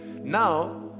now